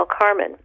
Carmen